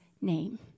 name